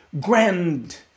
grand